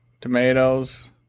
tomatoes